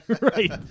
Right